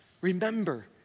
remember